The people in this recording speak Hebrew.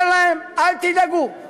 אומר להם: אל תדאגו,